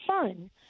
fun